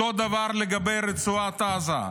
אותו דבר לגבי רצועת עזה: